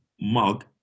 mug